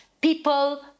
people